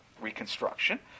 Reconstruction